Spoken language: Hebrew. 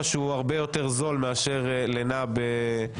שהוא הרבה יותר זול מאשר לינה במלון.